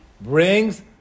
brings